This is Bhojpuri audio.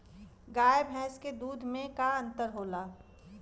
गाय भैंस के दूध में का अन्तर होला?